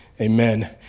amen